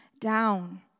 down